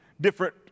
different